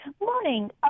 Morning